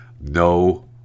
no